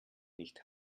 nicht